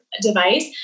device